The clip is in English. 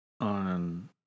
on